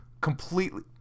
completely